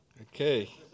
okay